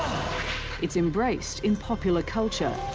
it's embraced in popular culture